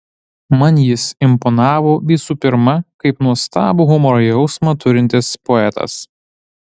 man jis imponavo visų pirma kaip nuostabų humoro jausmą turintis poetas